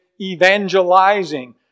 evangelizing